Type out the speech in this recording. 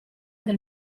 del